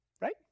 right